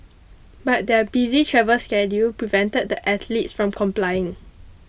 but their busy travel schedule prevented the athletes from complying